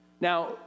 Now